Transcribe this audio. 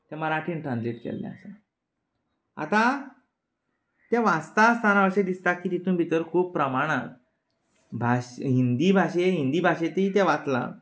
तें मराठींत ट्रान्सलेट केल्लें आसा आतां तें वाचता आसतना अशें दिसता की तितून भितर खूब प्रमाणान भास हिंदी भाशेन हिंदी भाशेंतूय तें वाचलां